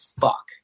fuck